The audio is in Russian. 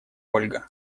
ольга